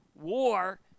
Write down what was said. war